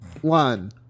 one